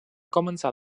començar